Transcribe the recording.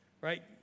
right